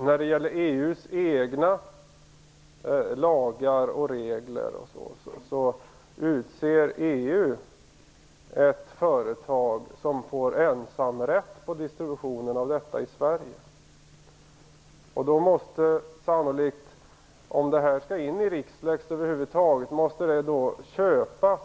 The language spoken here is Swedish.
När det gäller EU:s egna lagar och regler utser EU ett företag som får ensamrätt på distributionen av denna information i Sverige. Om detta skall in i Rixlex över huvud taget måste det köpas